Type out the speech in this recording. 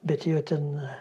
bet jau ten